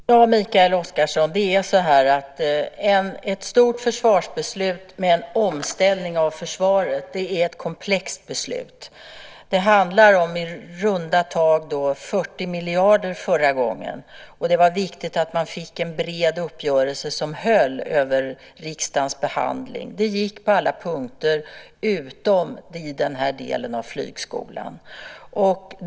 Herr talman! Mikael Oscarsson, det är så här: Ett stort försvarsbeslut om en omställning av försvaret är ett komplext beslut. Det handlade om i runda tal 40 miljarder förra gången, och det var viktigt att man fick en bred uppgörelse som höll över riksdagens behandling. Det gick på alla punkter utom i den här delen om flygskolan.